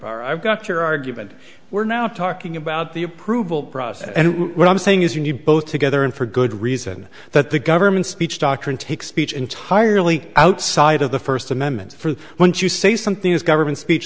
i've got your argument we're now talking about the approval process and what i'm saying is you need both together and for good reason that the government speech doctrine take speech entirely outside of the first amendment for once you say something is government speech